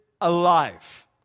alive